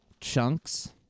chunks